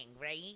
right